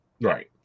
right